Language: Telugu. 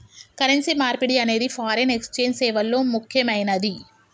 కరెన్సీ మార్పిడి అనేది ఫారిన్ ఎక్స్ఛేంజ్ సేవల్లో ముక్కెమైనది